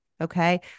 okay